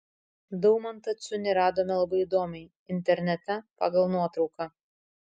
daumantą ciunį radome labai įdomiai internete pagal nuotrauką